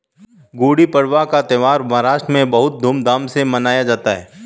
गुड़ी पड़वा का त्यौहार महाराष्ट्र में बहुत धूमधाम से मनाया जाता है